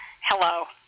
Hello